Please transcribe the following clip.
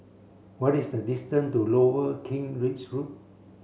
what is the distance to Lower Kent Ridge Road